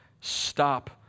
stop